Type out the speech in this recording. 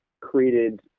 created